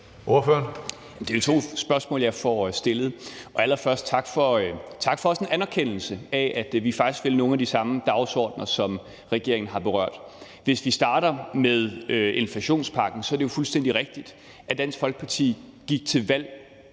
Det er jo to spørgsmål, jeg får stillet. Allerførst tak for anerkendelsen af, at nogle af de dagsordener, vi har, er de samme som dem, regeringen har berørt. Hvis vi starter med inflationspakken, er det jo fuldstændig rigtigt, at Dansk Folkeparti gik til valg